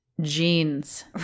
jeans